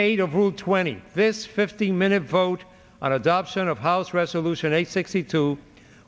eight of route twenty this fifteen minute vote on adoption of house resolution eight sixty two